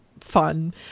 fun